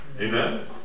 Amen